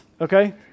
Okay